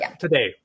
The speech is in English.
today